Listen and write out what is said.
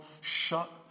shut